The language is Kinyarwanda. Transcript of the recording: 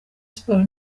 sports